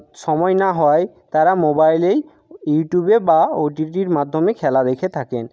সময় না হওয়ায় তারা মোবাইলেই ইউটিউবে বা ওটিটির মাধ্যমে খেলা দেখে থাকেন